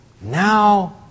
now